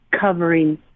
covering